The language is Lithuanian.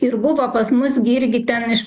ir buvo pas mus gi irgi ten iš